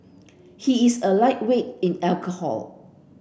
he is a lightweight in alcohol